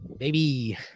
Baby